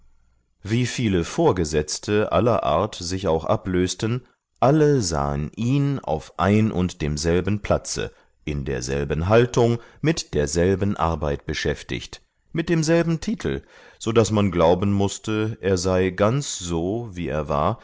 wie viele vorgesetzte aller art sich auch ablösten alle sahen ihn auf ein und demselben platze in derselben haltung mit derselben arbeit beschäftigt mit demselben titel so daß man glauben mußte er sei ganz so wie er war